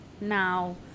now